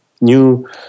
new